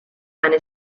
eine